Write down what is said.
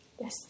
Yes